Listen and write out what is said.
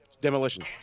Demolition